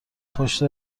پشت